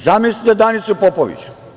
Zamislite Danicu Popović.